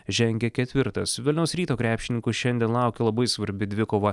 žengia ketvirtas vilniaus ryto krepšininkų šiandien laukia labai svarbi dvikova